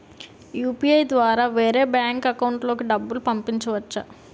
UPI ద్వారా వేరే bank account లోకి డబ్బులు పంపించవచ్చా?